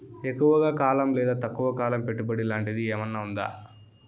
ఎక్కువగా కాలం లేదా తక్కువ కాలం పెట్టుబడి లాంటిది ఏమన్నా ఉందా